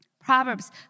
Proverbs